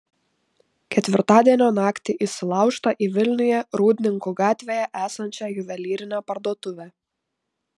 ketvirtadienio naktį įsilaužta į vilniuje rūdninkų gatvėje esančią juvelyrinę parduotuvę